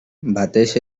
batez